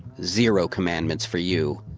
zero commandments for you,